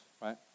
right